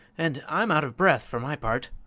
and i'm out of breath! for my part!